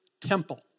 temple